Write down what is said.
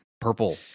purple